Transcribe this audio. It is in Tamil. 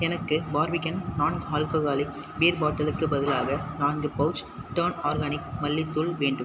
எனக்கு பார்பிகன் நான் ஆல்கஹாலிக் பியர் பாட்டிலுக்கு பதிலாக நான்கு பவுச் டர்ன் ஆர்கானிக் மல்லித் தூள் வேண்டும்